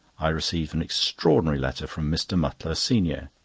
i received an extraordinary letter from mr. mutlar, senior.